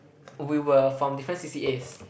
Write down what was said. we were from different C_C_As